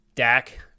Dak